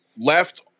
left